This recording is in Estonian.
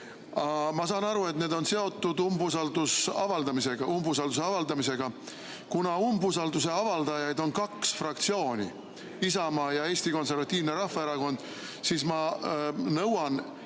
Ma saan aru, et need on seotud umbusalduse avaldamisega. Kuna umbusalduse avaldajateks on kaks fraktsiooni, Isamaa ja Eesti Konservatiivne Rahvaerakond, siis ma nõuan,